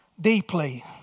deeply